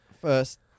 first